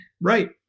Right